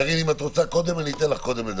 קארין, אם את רוצה קודם, אני אתן לך קודם לדבר.